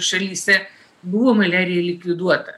šalyse buvo maliarija likviduota